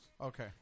Okay